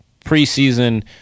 preseason